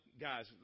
guys